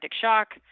shock